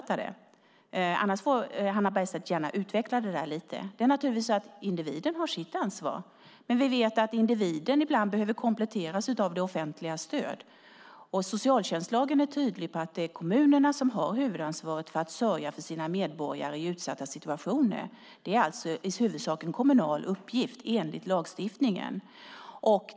Annars får Hannah Bergstedt gärna utveckla det lite. Individen har naturligtvis sitt ansvar. Men vi vet att individen ibland behöver kompletteras med det offentligas stöd. Socialtjänstlagen är tydlig med att det är kommunerna som har huvudansvaret för att sörja för sina medborgare i utsatta situationer. Det är alltså i huvudsak en kommunal uppgift enligt lagstiftningen.